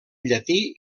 llatí